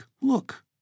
look